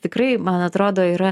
tikrai man atrodo yra